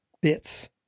bits